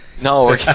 No